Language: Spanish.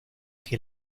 que